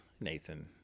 Nathan